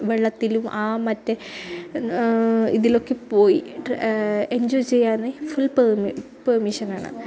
വെള്ളത്തിലും ആ മറ്റെ ഇതിലൊക്കെ പോയിട്ട് എന്ജോയ് ചെയ്യാൻ ഫുള് പെര്മിഷൻ ആണ്